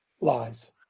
lies